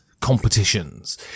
competitions